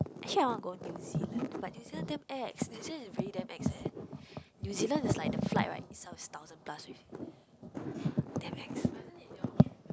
actually I want to go New-Zealand but New-Zealand damn ex New-Zealand is really damn ex eh New-Zealand is like the flight right it sells thousand plus already damn ex